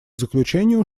заключению